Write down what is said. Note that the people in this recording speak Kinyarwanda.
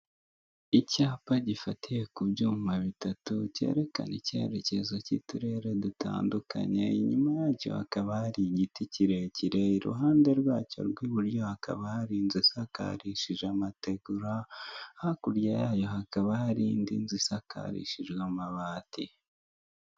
Icyapa gifatiye kubyuma bitatu kerekana icyerekezo cy'uturere dutandukanye inyuma yacyo hakaba hari igiti kirekire, iruhande rwacyo rw'iburyo hakaba hari inzu isakarishije amategura hakurya hayo hakaba hari indi isakarishije amabati.